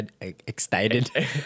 excited